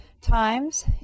times